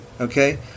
Okay